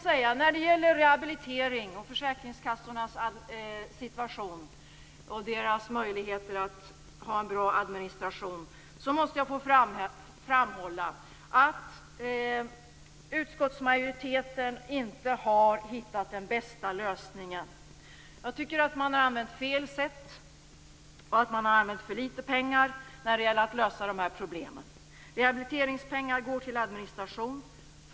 Men när det gäller rehabilitering, försäkringskassornas situation och deras möjligheter att ha en bra administration, måste jag få framhålla att utskottsmajoriteten inte har hittat den bästa lösningen. Jag tycker att man har använt fel sätt och att man har använt för litet pengar när det gäller att lösa de här problemen. Rehabiliteringspengar går till administration.